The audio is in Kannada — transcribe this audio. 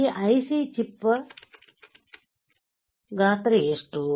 ಈ IC ಚಿಪ್ ಗಾತ್ರ ಎಷ್ಟು